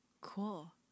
Cool